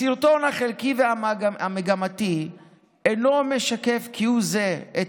הסרטון החלקי והמגמתי אינו משקף כהוא זה את